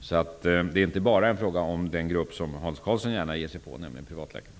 Det är alltså inte bara fråga om den grupp som Hans Karlsson gärna ger sig på, nämligen privatläkarna.